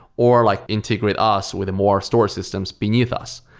or like integrate us with more storage systems beneath us.